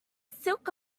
silk